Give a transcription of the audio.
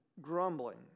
grumbling